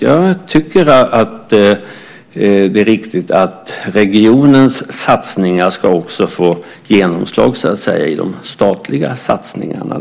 Jag tycker att det är riktigt att regionens satsningar ska få genomslag i de statliga satsningarna.